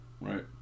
Right